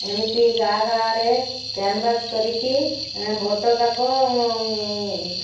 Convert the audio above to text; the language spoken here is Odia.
ଏମିତି ଗାଁ ଗାଁରେ କରିକି ଭୋଟ୍ ଯାକ